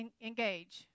engage